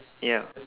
ya